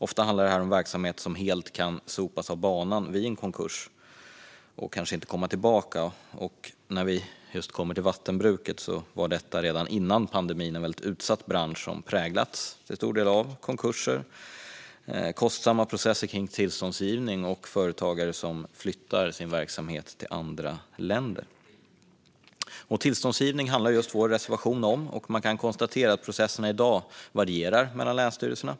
Ofta handlar det om verksamheter som helt kan sopas av banan vid en konkurs och kanske inte kan komma tillbaka. När det kommer till just vattenbruket var det redan före pandemin en utsatt bransch som till stor del har präglats av konkurser, kostsamma processer kring tillståndsgivning och företagare som flyttar sin verksamhet till andra länder. Just tillståndsgivning handlar vår reservation om, och man kan konstatera att processerna i dag varierar mellan länsstyrelserna.